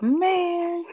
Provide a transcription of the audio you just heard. man